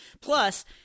Plus